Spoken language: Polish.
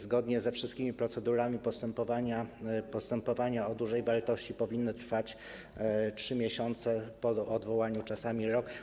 Zgodnie ze wszystkimi procedurami postępowania dotyczące dużej wartości powinny trwać 3 miesiące, po odwołaniu czasami rok.